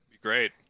Great